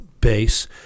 base